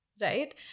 right